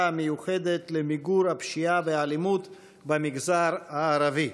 המיוחדת למיגור הפשיעה והאלימות במגזר הערבי.